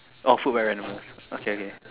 oh food very known okay okay